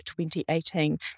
2018